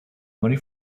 money